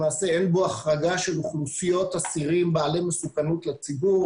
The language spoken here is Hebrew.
למעשה אין בו החרגה של אוכלוסיות אסירים בעלי מסוכנות לציבור